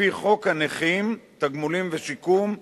לפי חוק הנכים (תגמולים ושיקום)